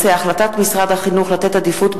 לתקנון הכנסת נתקבלה.